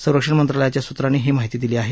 संरक्षण मंत्रालयाच्या सूत्रांनी ही माहिती दिली आहे